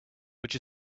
which